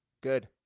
Good